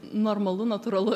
normalu natūralu